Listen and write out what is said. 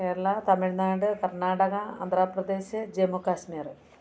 Kerala Tamil Nadu Karnataka Andhra Pradesh Jammu Kashmir